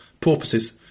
porpoises